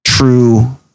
True